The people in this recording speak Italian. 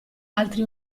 altri